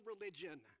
religion